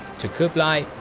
to kublai,